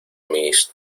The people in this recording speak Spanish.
mis